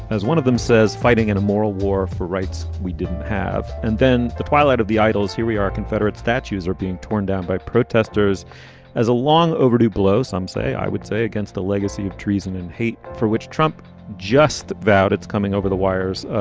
as one of them says, fighting an immoral war for rights. we didn't have. and then the twilight of the idols. here we are. confederate statues are being torn down by protesters as a long overdue blow. some say, i would say, against the legacy of treason and hate, for which trump just vowed it's coming over the wires.